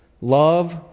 love